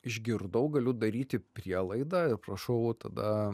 išgirdau galiu daryti prielaidą ir prašau tada